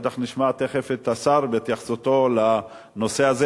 בטח תיכף נשמע את השר בהתייחסותו לנושא הזה